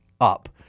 up